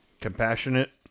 compassionate